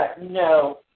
no